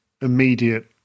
immediate